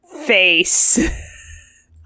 face